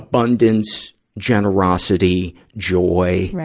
abundance, generosity, joy,